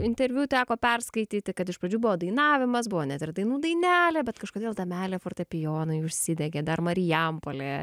interviu teko perskaityti kad iš pradžių buvo dainavimas buvo net ir dainų dainelė bet kažkodėl ta meilė fortepijonui užsidegė dar marijampolėje